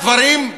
הדברים,